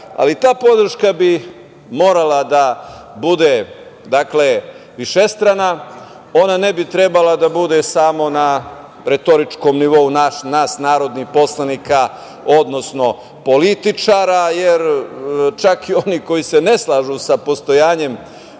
ali ta podrška bi morala da bude višestrana. Ona ne bi trebala da bude samo na retoričkom nivou nas narodnih poslanika, odnosno političara, jer čak i oni koji se ne slažu sa postojanjem